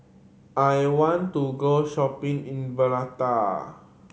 I want to go shopping in Valletta